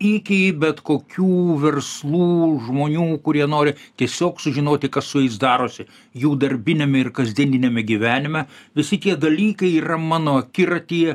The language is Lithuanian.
iki bet kokių verslų žmonių kurie nori tiesiog sužinoti kas su jais darosi jų darbiniame ir kasdieniniame gyvenime visi tie dalykai yra mano akiratyje